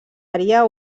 àrea